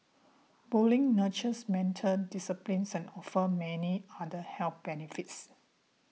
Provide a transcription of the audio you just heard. bowling nurtures mental discipline offers many other health benefits